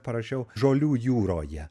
parašiau žolių jūroje